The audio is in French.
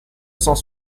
cent